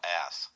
ass